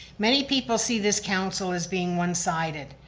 many people see this council as being one-sided,